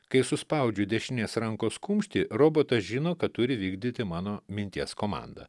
kai suspaudžiu dešinės rankos kumštį robotas žino kad turi vykdyti mano minties komandą